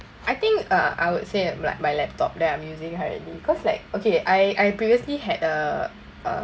I think uh I would say like my laptop that I'm using already cause like okay I I previously had a uh